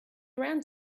around